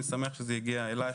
אני שמח שזה הגיע אליך,